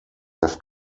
have